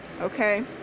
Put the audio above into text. okay